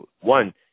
One